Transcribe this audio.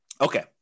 Okay